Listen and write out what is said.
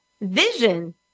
vision